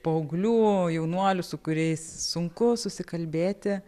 paauglių jaunuolių su kuriais sunku susikalbėti